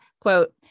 quote